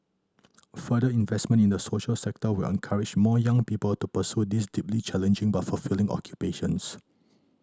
further investment in the social sector will encourage more young people to pursue these deeply challenging but fulfilling occupations